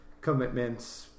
commitments